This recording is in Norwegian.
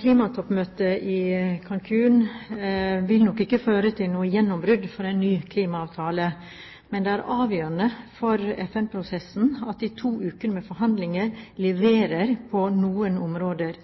Klimatoppmøtet i Cancún vil nok ikke føre til noe gjennombrudd for en ny klimaavtale. Men det er avgjørende for FN-prosessen at de to ukene med forhandlinger leverer på noen områder.